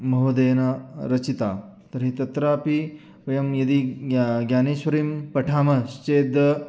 महोदयेन रचिता तर्हि तत्रापि वयं यदि ग्या ज्ञानेश्वरीं पठामश्चेद्